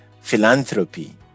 philanthropy